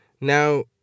Now